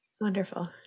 Wonderful